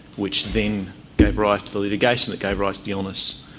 which then gave rise to the litigation, that gave rise to the illness,